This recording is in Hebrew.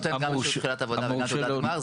המורשה להיתר נותן גם אישור תחילת עבודה וגם תעודת גמר,